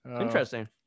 interesting